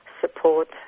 support